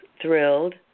thrilled